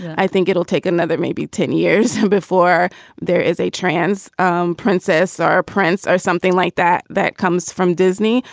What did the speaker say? i think it will take another maybe ten years before there is a trans um princess or or prince or something like that that comes from disney.